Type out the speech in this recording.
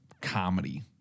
comedy